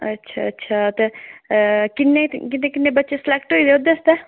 अच्छा अच्छा ते कि'न्ने कह् कि'न्ने कि'न्ने बच्चे सलैक्ट होइये दे उ'दे आस्तै